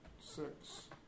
Six